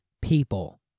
people